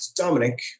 Dominic